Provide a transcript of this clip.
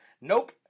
Nope